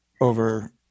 over